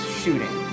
shooting